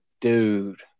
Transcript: Dude